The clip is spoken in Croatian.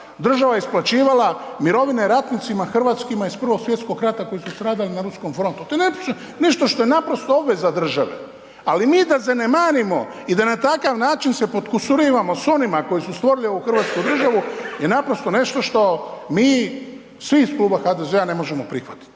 država isplaćivala mirovine ratnicima hrvatskima iz Prvog svjetskog rata koji su stradali na ruskom frontu. To ne nešto što je naprosto obveza države. Ali mi da zanemarimo i da na takav način se podkusurivamo s onima koji su stvorili ovu Hrvatsku državu je naprosto nešto što mi svi iz kluba HDZ-a ne možemo prihvatiti.